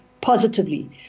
positively